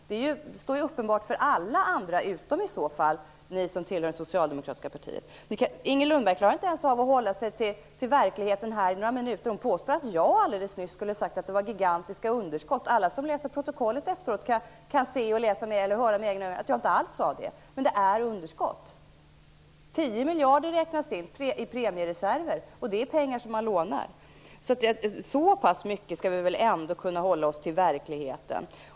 Det är ju uppenbart för alla andra, utom i så fall för er som tillhör det socialdemokratiska partiet. Inger Lundberg klarar inte ens av att här hålla sig till verkligheten under några minuter. Hon påstår att jag alldeles nyss skulle ha sagt att det var gigantiska underskott. Alla som läser protokollet efteråt kan med egna ögon se att jag inte alls sade det. Men det är underskott. 10 miljarder räknas in i premiereserven, och det är pengar som man lånar. Så pass mycket skall vi väl ändå kunna hålla oss till verkligheten.